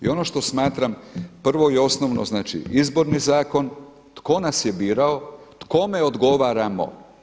I ono što smatram prvo i osnovno, znači Izborni zakon, tko nas je birao, kome odgovaramo?